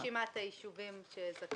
הם מכינים את רשימת היישובים שזכאים.